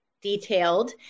detailed